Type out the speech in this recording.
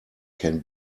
can